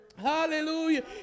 Hallelujah